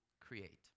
create